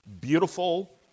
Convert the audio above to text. beautiful